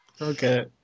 Okay